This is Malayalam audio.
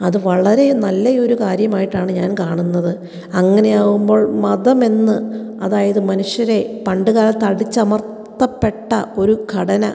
അത് വളരെ നല്ലയൊരു കാര്യമായിട്ടാണ് ഞാൻ കാണുന്നത് അങ്ങനെയാകുമ്പോൾ മതം എന്ന് അതായത് മനുഷ്യരെ പണ്ട് കാലത്ത് അടിച്ച് അമർത്തപ്പെട്ട ഒരു ഘടന